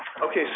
Okay